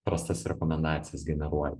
prastas rekomendacijas generuoja